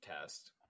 test